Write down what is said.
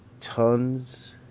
tons